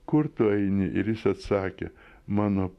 kur tu eini ir jis atsakė mano